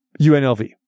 UNLV